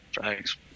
Thanks